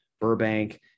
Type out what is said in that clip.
Burbank